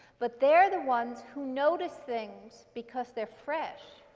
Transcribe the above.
but they're the ones who notice things, because they're fresh,